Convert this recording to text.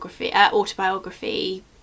autobiography